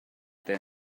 their